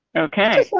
okay,